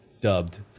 dubbed